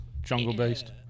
jungle-based